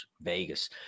Vegas